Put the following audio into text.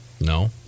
No